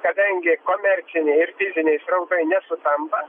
kadangi komerciniai ir fiziniai srautai nesutampa